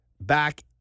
back